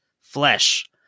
flesh